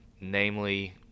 Namely